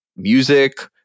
music